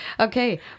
Okay